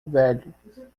velho